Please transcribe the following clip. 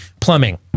plumbing